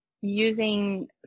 using